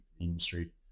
industry